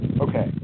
Okay